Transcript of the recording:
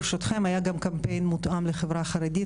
היה גם קמפיין מותאם לחברה חרדית,